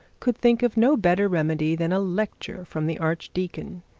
could think of no better remedy than a lecture from the archdeacon.